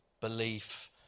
belief